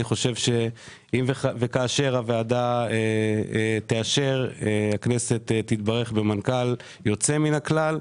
אם וכאשר הוועדה תאשר הכנסת תתברך במנכ"ל יוצא מן הכלל.